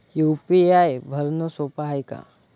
UPI भरनं सोप हाय का?